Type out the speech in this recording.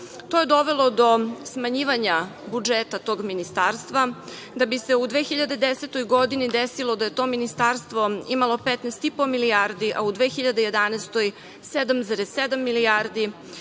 To je dovelo do smanjivanja budžeta tog ministarstva da bi se u 2010. godini desilo da je to ministarstvo imalo 15,5 milijardi, a u 2011. godini 7,7 milijardi